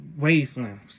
wavelengths